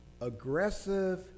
aggressive